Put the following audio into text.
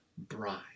Bride